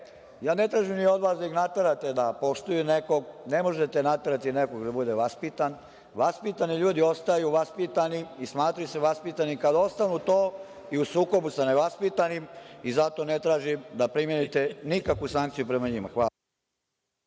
Ne tražim ja od vas ni da ih naterate da poštuju nekog, jer ne možete naterati nekog da bude vaspitan. Vaspitani ljudi ostaju vaspitani i smatraju se vaspitani i kad ostanu to i u sukobu sa nevaspitanim i zato ne tražim da primenite nikakvu sankciju prema njima. Hvala.